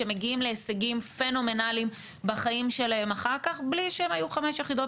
שמגיעים להישגים פנומנליים בחיים שלהם אחר כך בלי שהם היו בחמש יחידות